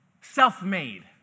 self-made